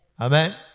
Amen